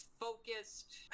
focused